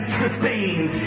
sustains